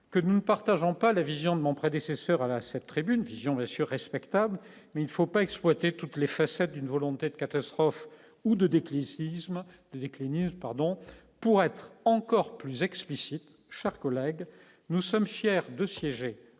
que nous ne partageons pas la vision de mon prédécesseur avait à cette tribune, vision d'assurer spectable mais il faut pas exploiter toutes les facettes d'une volonté de catastrophe ou de décliner séisme déclinistes pardon pour être encore plus explicite : chaque collègue nous sommes fiers de siéger